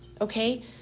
Okay